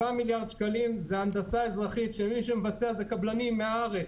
מיליארד שקלים זה הנדסה אזרחית ומי שמבצע זה קבלנים מהארץ.